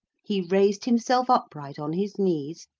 he raised himself upright on his knees,